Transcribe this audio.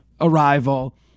arrival